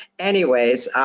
anyways,